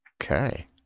Okay